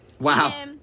Wow